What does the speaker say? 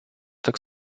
так